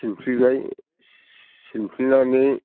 सिमफ्रिबाय सिमफ्रिनानै